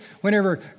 whenever